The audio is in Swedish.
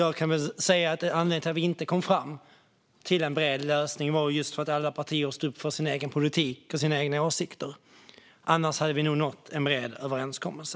Anledningen till att vi inte kom fram till en bred lösning var just för att alla partier stod upp för sin egen politik och sina egna åsikter. Annars hade vi nog nått en bred överenskommelse.